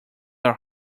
are